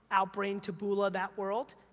outbrain, taboola, that world,